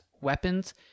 weapons